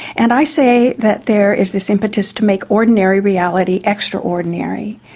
and i say that there is this impetus to make ordinary reality extraordinary.